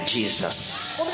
Jesus